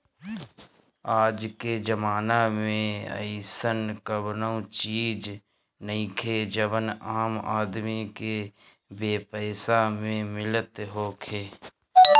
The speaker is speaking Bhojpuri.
आजके जमाना में अइसन कवनो चीज नइखे जवन आम आदमी के बेपैसा में मिलत होखे